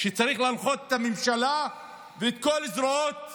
שצריך להנחות את הממשלה ואת כל הזרועות